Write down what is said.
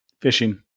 fishing